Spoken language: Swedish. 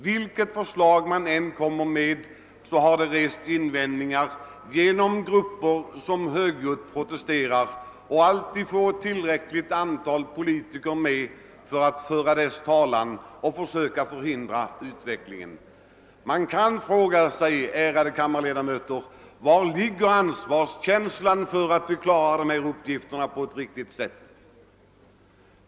Vilket förslag som än läggs fram reser de grupper som alltid protesterar invändningar och får med sig ett tillräckligt antal politiker som söker hindra utvecklingen. Man kan fråga sig, ärade kammarledamöter, var ansvarskänslan inför den uppgift som förestår ligger.